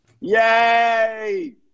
Yay